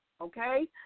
okay